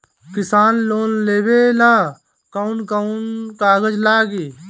किसान लोन लेबे ला कौन कौन कागज लागि?